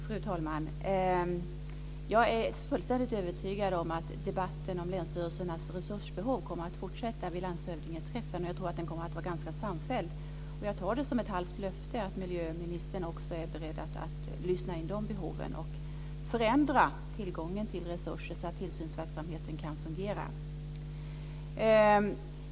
Fru talman! Jag är fullständigt övertygad om att debatten om länsstyrelsernas resursbehov kommer att fortsätta vid landshövdingeträffen. Jag tror att den kommer att vara ganska samfälld. Jag tar det också som ett halvt löfte att miljöministern är beredd att lyssna in de behoven och förändra tillgången till resurser så att tillsynsverksamheten kan fungera.